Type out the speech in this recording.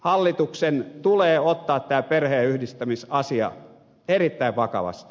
hallituksen tulee ottaa tämä perheenyhdistämisasia erittäin vakavasti